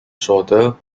shorter